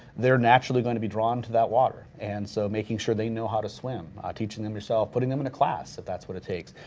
they're naturally going to be drawn to that water and so making sure they know how to swim. teaching them yourself, putting them in a class, if that's what it take,